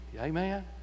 Amen